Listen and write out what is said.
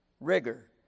Rigor